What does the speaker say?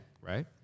right